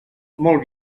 molt